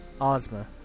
Ozma